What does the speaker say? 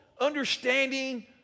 understanding